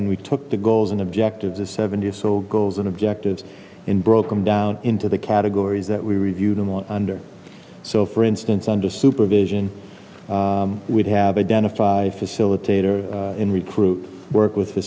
and we took the goals and objectives as seventy so goals and objectives and broken down into the categories that we review them all under so for instance under supervision we have identified a facilitator in recruit work with